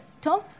Tom